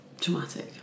traumatic